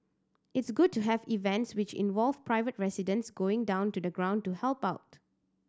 it's good to have events which involve private residents going down to the ground to help out